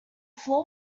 floor